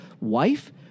wife